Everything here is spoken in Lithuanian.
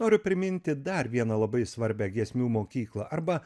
noriu priminti dar vieną labai svarbią giesmių mokyklą arba